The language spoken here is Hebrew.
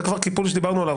זה קיפול שכבר דיברנו עליו,